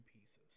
pieces